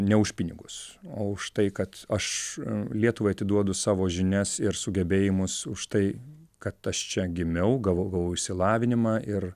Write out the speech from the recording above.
ne už pinigus o už tai kad aš lietuvai atiduodu savo žinias ir sugebėjimus už tai kad aš čia gimiau gavau gavau išsilavinimą ir